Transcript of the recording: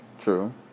true